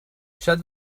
شاید